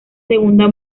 segunda